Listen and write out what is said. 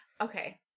Okay